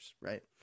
right